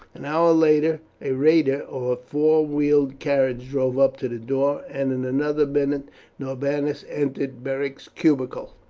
an hour later a rheda or four wheeled carriage drove up to the door, and in another minute norbanus entered beric's cubicle.